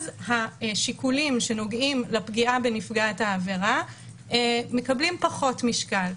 אז השיקולים שנוגעים לפגיעה בנפגעת העבירה מקבלים פחות משקל.